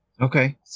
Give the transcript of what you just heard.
Okay